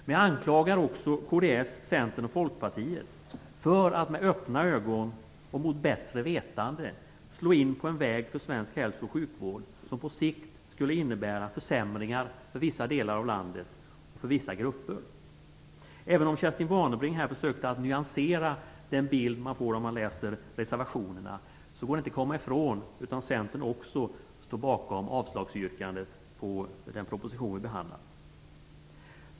Jag anklagar också kds, Centern och Folkpartiet för att med öppna ögon och mot bättre vetande slå in på en väg för svensk hälso och sjukvård som på sikt skulle innebära försämringar för vissa delar av landet och för vissa grupper. Även om Kerstin Warnerbring här försökte nyansera den bild man får när man läser reservationerna går det inte att komma ifrån att också Centern står bakom yrkandet om avslag på den proposition som vi behandlar.